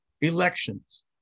elections